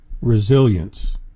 Resilience